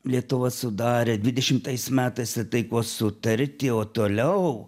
lietuva sudarė dvidešimtais metais taikos sutartį o toliau